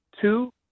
Two